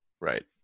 Right